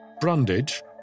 Brundage